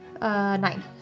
nine